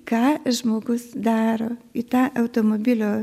ką žmogus daro į tą automobilio